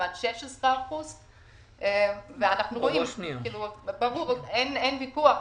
כמעט 16%. אין ויכוח,